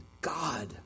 God